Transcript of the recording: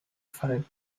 fallen